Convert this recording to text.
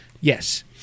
Yes